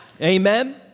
Amen